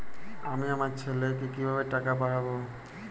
আমি আমার ছেলেকে টাকা কিভাবে পাঠাব?